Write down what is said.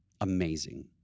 Amazing